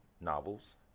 novels